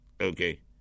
Okay